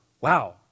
wow